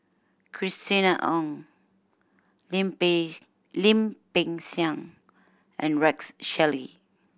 Christina Ong Lim Peng Lim Peng Siang and Rex Shelley